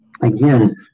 again